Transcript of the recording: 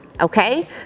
okay